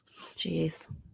Jeez